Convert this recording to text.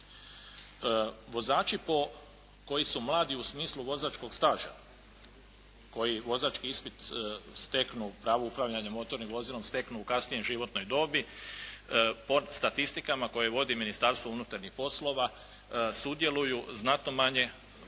Vozači koji su mladi u smislu vozačkog staža, koji vozački ispit steknu, pravo upravljanja motornim vozilom steknu u kasnijoj životnoj dobi po statistikama koje vodi Ministarstvo unutarnjih poslova sudjeluju, znatno manje